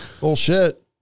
Bullshit